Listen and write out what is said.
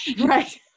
Right